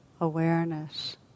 awareness